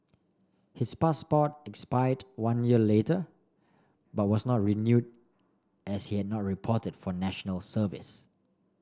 his passport expired one year later but was not renewed as he had not reported for National Service